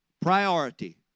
priority